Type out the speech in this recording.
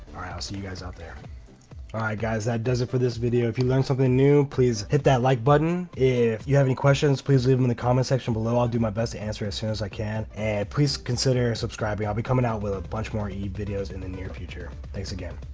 i'll see you guys out there! alright guys, that does it for this video. if you learn something new please hit that like button, if you have any questions please leave them in the comments section below i'll do my best to answer as soon as i can, and please consider subscribing i'll be coming out with a bunch more eve videos in the near future. thanks again!